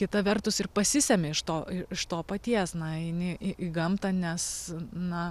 kita vertus ir pasisemi iš to iš to paties na eini į į gamtą nes na